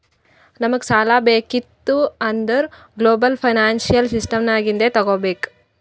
ನಮುಗ್ ಸಾಲಾ ಬೇಕಿತ್ತು ಅಂದುರ್ ಗ್ಲೋಬಲ್ ಫೈನಾನ್ಸಿಯಲ್ ಸಿಸ್ಟಮ್ ನಾಗಿಂದೆ ತಗೋಬೇಕ್